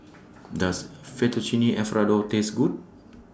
Does Fettuccine Alfredo Taste Good